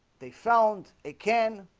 they found a can